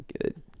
good